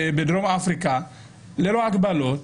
ללא הגבלות,